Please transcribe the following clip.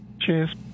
Cheers